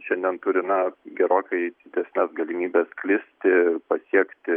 šiandien turi na gerokai didesnes galimybes sklisti pasiekti